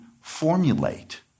formulate